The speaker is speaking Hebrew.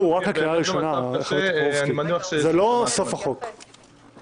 בגלל שלא ניתן היה לחוקק בתקופה מסוימת.